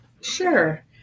Sure